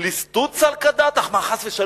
"ליסטות סלקא דעתך?"